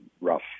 rough